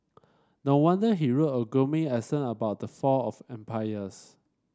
no wonder he wrote a gloomy essay about the fall of empires